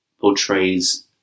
portrays